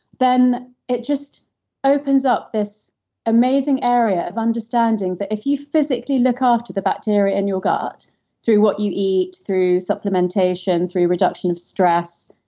then it just opens up this amazing area of understanding that if you physically look after the bacteria in your gut through what you eat, through supplementation, through reduction of stress,